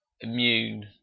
immune